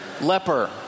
leper